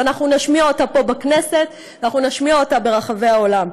ואנחנו נשמיע אותה פה בכנסת ואנחנו נשמיע אותה ברחבי העולם,